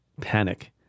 panic